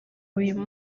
uyu